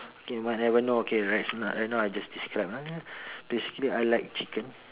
okay might never know okay now I just describe ah basically I like chicken